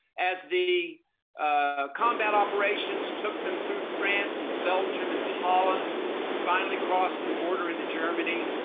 as the ah combat operations took them through france, into belgium, into holland and finally crossing the border into germany.